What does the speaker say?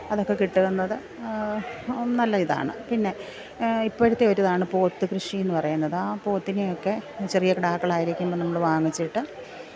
അതെക്കെ കിട്ടുകയെന്നത് നല്ല ഇതാണ് പിന്നെ ഇപ്പോഴത്തെ ഒരിതാണ് പോത്ത് കൃഷിയെന്ന് പറയുന്നത് ആ പോത്തിനെയൊക്കെ ചെറിയ കിടാക്കളായിരിക്കുമ്പം നമ്മൾ വാങ്ങിച്ചിട്ട്